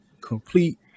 complete